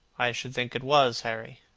i should think it was, harry.